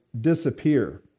disappear